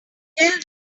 tell